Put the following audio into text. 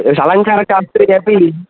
अलङ्कारशास्त्रे अपि